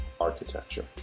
architecture